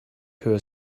her